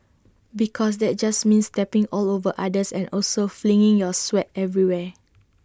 because that just means stepping all over others and also flinging your sweat everywhere